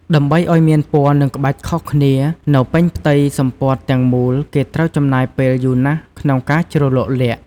ដើម្បីឱ្យមានពណ៌និងក្បាច់ខុសគ្នានៅពេញផ្ទៃសំពត់ទាំងមូលគេត្រូវចំណាយពេលយូរណាស់ក្នុងការជ្រលក់ល័ក្ត។